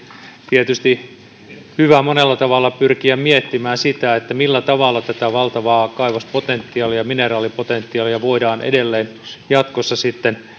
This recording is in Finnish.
tietysti hyvä monella tavalla pyrkiä miettimään sitä millä tavalla tätä valtavaa kaivospotentiaalia ja mineraalipotentiaalia voidaan edelleen jatkossa